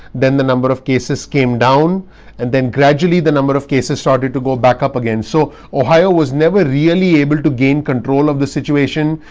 then the number of cases came down and then gradually the number of cases started to go back up again. so ohio was never really able to gain control of the situation.